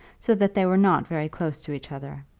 so that they were not very close to each other.